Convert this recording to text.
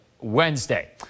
Wednesday